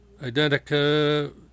Identica